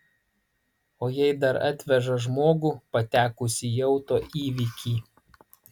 o jei dar atveža žmogų patekusį į auto įvykį